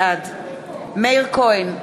בעד מאיר כהן,